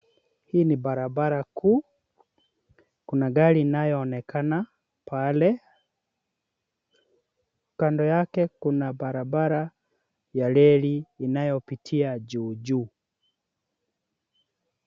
Hii ni barabara kuu, kuna gari inayoonekana pale. Kando yake kuna barabara ya reli inayopitia juu juu.